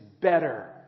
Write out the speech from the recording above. Better